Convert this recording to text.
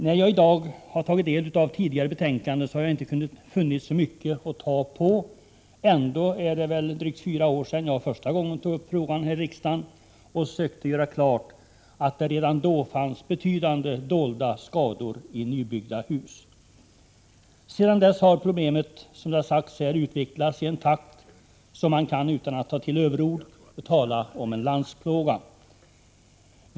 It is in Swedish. När jag i dag har tagit del av tidigare betänkanden har jag inte funnit mycket att ta på. Ändå är det väl drygt fyra år sedan jag första gången tog upp frågan här i riksdagen och sökte göra klart, att det redan då fanns betydande dolda skador i nybyggda hus. Sedan dess har problemet, som här har sagts, utvecklats i en sådan takt att man utan att ta till överord kan tala om en landsplåga.